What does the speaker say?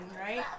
right